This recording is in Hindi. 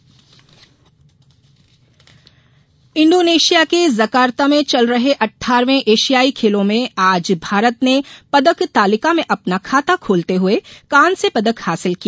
एशियाई खेल इंडोनेशिया के जर्काता में चल रहे अठारहवें एशियाई खेलों में आज भारत ने पदक तालिका में अपना खाता खोलते हुए कास्य पदक हासिल किया